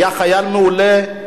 היה חייל מעולה,